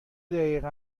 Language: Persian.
دقیقه